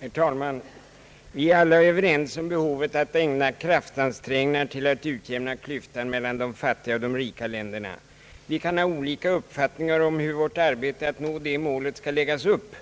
Herr talman! Vi är alla överens om behovet att ägna kraftansträngningar till att utjämna klyftan mellan de fattiga och de rika länderna. Vi kan ha olika uppfattningar om hur vårt arbete att nå detta mål skall läggas upp,